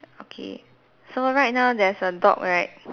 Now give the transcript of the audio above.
okay so right now there's a dog right